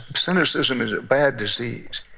cynicism is a bad disease.